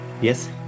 Yes